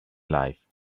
life